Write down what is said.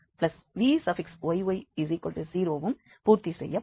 vxxvyy0 வும் பூர்த்தி செய்யப்படும்